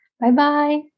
bye-bye